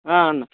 అన్న